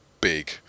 big